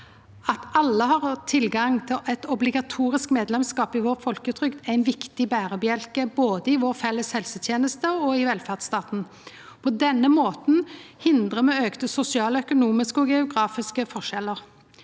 At alle har tilgang til eit obligatorisk medlemskap i vår folketrygd, er ein viktig berebjelke både i vår felles helseteneste og i velferdsstaten. På denne måten hindrar me auka sosiale, økonomiske og geografiske forskjellar.